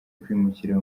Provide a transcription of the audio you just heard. kwimukira